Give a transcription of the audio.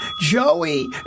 Joey